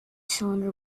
cylinder